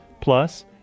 plus